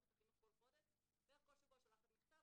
מערכת החינוך בערך כל שבוע שולחת מכתב,